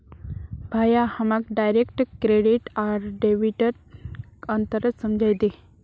भाया हमाक direct credit आर डेबिटत अंतर समझइ दे